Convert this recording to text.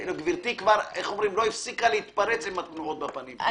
גברתי לא הפסיקה להתפרץ עם תנועות בפנים.